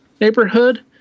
neighborhood